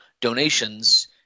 donations